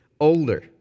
Older